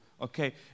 okay